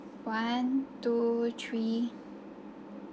one two three